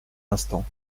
instant